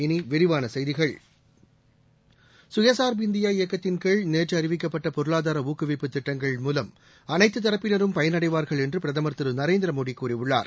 இனி விரிவான செய்திகள் சுயசார்பு இந்தியா இயக்கத்தின் கீழ் நேற்று அறிவிக்கப்பட்ட பொருளாதார ஊக்குவிப்பு திட்டங்கள் மூலம் அனைத்துதரப்பினரும் பயனடைவார்கள் என்று பிரதமர் திரு நரேந்திர மோடி கூறியுள்ளார்